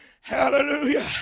hallelujah